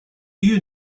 you